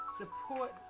support